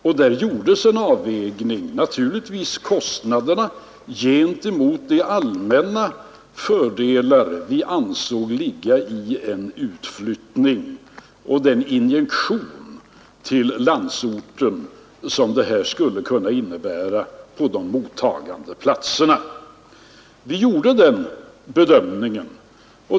Därvid gjordes naturligtvis en avvägning av kostnaderna gentemot de allmänna fördelar vi ansåg ligga i en utflyttning och den injektion som den skulle kunna innebära på de mottagande platserna i landsorten.